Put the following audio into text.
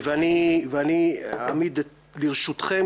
ואני אעמיד לרשותכם,